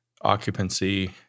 occupancy